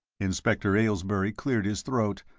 inspector aylesbury cleared his throat,